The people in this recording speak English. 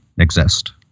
exist